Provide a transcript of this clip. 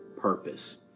purpose